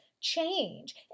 change